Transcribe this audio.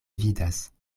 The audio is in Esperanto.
vidas